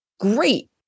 Great